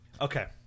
Okay